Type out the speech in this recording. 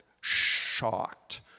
shocked